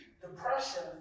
depression